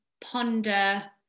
ponder